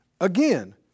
again